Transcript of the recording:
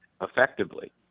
effectively